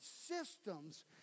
systems